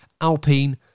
Alpine